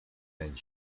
ten